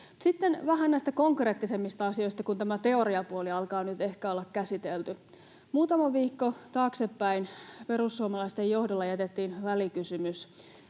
Sitten vähän näistä konkreettisemmista asioista, kun tämä teoriapuoli alkaa nyt ehkä olla käsitelty. Muutama viikko taaksepäin perussuomalaisten johdolla jätettiin välikysymys,